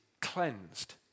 cleansed